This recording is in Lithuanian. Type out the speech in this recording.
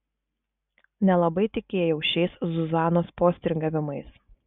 nelabai tikėjau šiais zuzanos postringavimais